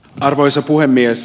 arvoisa puhemies